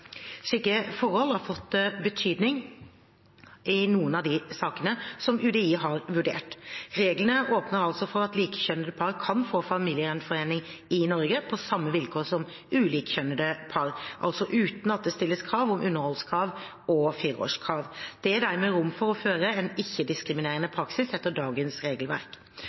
Slike forhold har fått betydning i noen av de sakene som UDI har vurdert. Reglene åpner altså for at likekjønnede par kan få familiegjenforening i Norge, på samme vilkår som ulikekjønnede par – altså uten at det stilles vilkår om underholdskrav og fireårskrav. Det er dermed rom for å føre en ikke-diskriminerende praksis etter dagens regelverk.